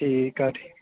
ਠੀਕ ਆ ਠੀ